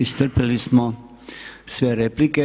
Iscrpili smo sve replike.